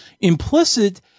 Implicit